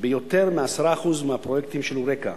ביותר מ-10% מהפרויקטים של "יוריקה",